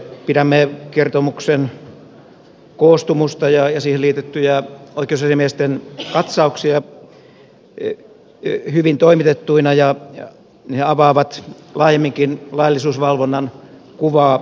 pidämme kertomuksen koostumusta ja siihen liitettyjä oikeusasiamiesten katsauksia hyvin toimitettuina ja ne avaavat laajemminkin laillisuusvalvonnan kuvaa suomessa